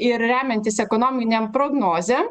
ir remiantis ekonominėm prognozėm